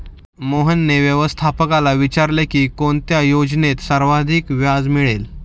मोहनने व्यवस्थापकाला विचारले की कोणत्या योजनेत सर्वाधिक व्याज मिळेल?